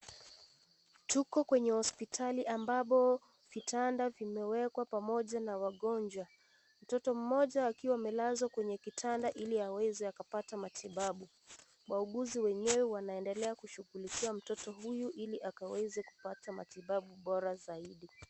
Tuko kwenye hospitali ambapo vitanda vimewekwa pamoja na wagonjwa mtoto mmoja akiwa amelazwa kwenye kitanda ili aweze akapata matibabu. Wauguzi wenyewe wanaendelea kushughulikia mtoto huyo ili akaweze kupata matibabu bora zaidi.